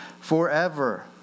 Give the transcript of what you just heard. forever